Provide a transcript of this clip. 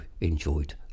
enjoyed